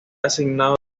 asignado